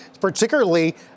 particularly